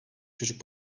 çocuk